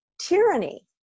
tyranny